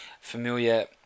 familiar